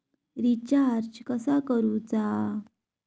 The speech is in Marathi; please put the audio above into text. रिचार्ज कसा करूचा?